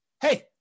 hey